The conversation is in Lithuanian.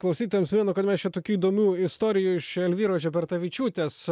klausytojams primenu kad mes čia tokių įdomių istorijų iš elvyros žebertavičiūtės